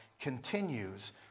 continues